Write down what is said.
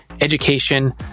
education